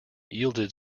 yielded